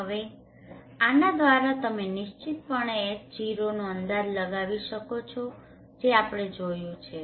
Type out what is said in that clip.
હવે આના દ્વારા તમે નિશ્ચિતપણે H0નો અંદાજ લગાવી શકો છો જે આપણે જોયું છે